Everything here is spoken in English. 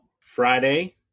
Friday